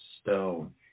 stone